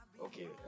Okay